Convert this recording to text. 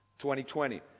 2020